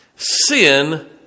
Sin